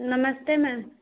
नमस्ते मैम